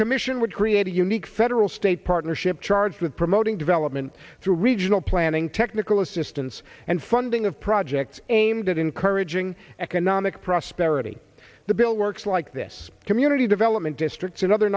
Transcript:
commission would create a unique federal state partnership charged with promoting development through regional planning technical assistance and funding of projects aimed at encouraging economic prosperity the bill works like this community development districts and other